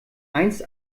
einst